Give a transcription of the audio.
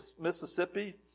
Mississippi